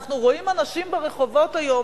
אנחנו רואים אנשים ברחובות היום,